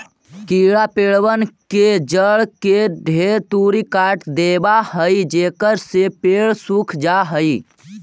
कीड़ा पेड़बन के जड़ के ढेर तुरी काट देबा हई जेकरा से पेड़ सूख जा हई